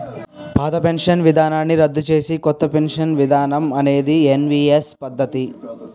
పాత పెన్షన్ విధానాన్ని రద్దు చేసి కొత్త పెన్షన్ విధానం అనేది ఎన్పీఎస్ పద్ధతి